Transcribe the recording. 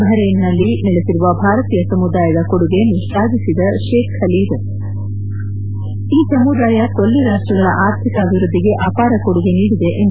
ಬಹರ್ೈನ್ನಲ್ಲಿ ನೆಲೆಸಿರುವ ಭಾರತೀಯ ಸಮುದಾಯದ ಕೊಡುಗೆಯನ್ನು ಶ್ವಾಭಿಸಿದ ಶೇಖ್ ಖಾಲೀದ್ ಈ ಸಮುದಾಯ ಕೊಲ್ಲಿ ರಾಷ್ಟಗಳ ಆರ್ಥಿಕ ಅಭಿವೃದ್ಧಿಗೆ ಅಪಾರ ಕೊಡುಗೆ ನೀಡಿದೆ ಎಂದು ಹೇಳದರು